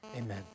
Amen